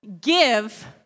give